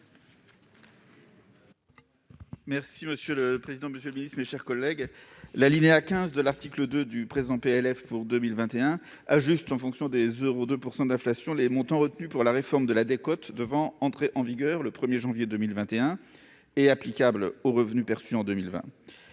est ainsi libellé : La parole est à M. Jean-Yves Leconte. L'alinéa 15 de l'article 2 du présent PLF pour 2021 ajuste en fonction des 0,2 % d'inflation les montants retenus pour la réforme de la décote devant entrer en vigueur le 1 janvier 2021 et applicable aux revenus perçus en 2020.